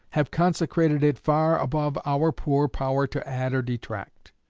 have consecrated it, far above our poor power to add or detract.